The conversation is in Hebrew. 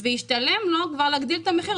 ישתלם לו להעלות את המחיר.